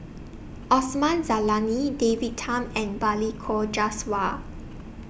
Osman Zailani David Tham and Balli Kaur Jaswal